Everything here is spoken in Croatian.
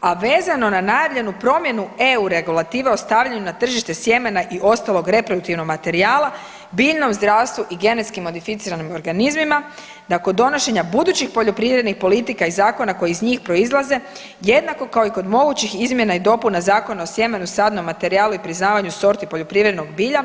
A vezano za najavljenu promjenu eu regulative o stavljanju na tržište sjemena i ostalog reproduktivnog materijala, biljnog zdravstvu i GMO nakon donošenja budućih poljoprivrednih politika i zakona koji iz njih proizlaze jednako kao i kod mogućih izmjena i dopuna Zakona o sjemenu, sadnom materijalu i priznavanju sorti poljoprivrednog bilja